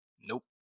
Nope